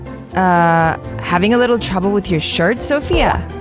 ah having a little trouble with your shirt, sophia?